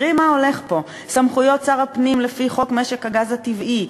תראי מה הולך פה: סמכויות שר הפנים לפי חוק משק הגז הטבעי,